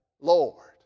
Lord